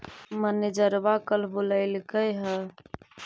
मैनेजरवा कल बोलैलके है?